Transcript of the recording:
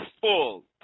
full